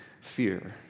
fear